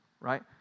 right